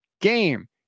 game